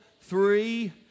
three